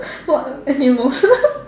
what animals